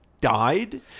died